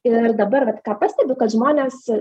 ir dabar vat ką pastebiu kad žmonės